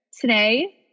Today